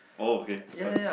oh okay sorry